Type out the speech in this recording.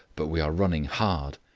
but we are running hard.